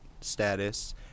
status